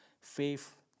Faith